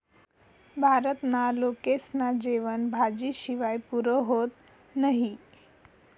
भारतना लोकेस्ना जेवन भाजी शिवाय पुरं व्हतं नही